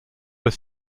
were